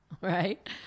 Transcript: right